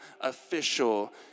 official